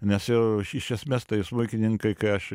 nes jau ši esmės tai smuikininkai kai aš